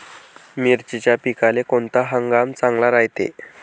मिर्चीच्या पिकाले कोनता हंगाम चांगला रायते?